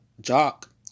Jock